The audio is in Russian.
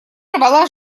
рвала